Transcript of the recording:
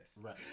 right